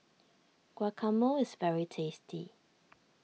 Guacamole is very tasty